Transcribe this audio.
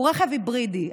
הוא רכב היברידי.